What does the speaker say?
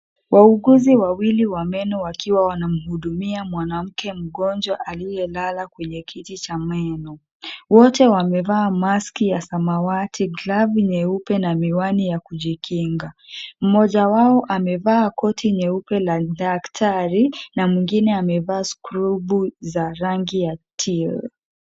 Wauguzi wawili wa meno wakiwa wanamhudumia mwanamke mgonjwa aliyelala kwenye kiti cha meno, wote wamevaa maski ya samawati, glavu nyeupe, na miwani ya kujikinga. Mmoja wao amevaa koti nyeupe la daktari na mwingine amevaa skrubu za rangi ya till .